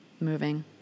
moving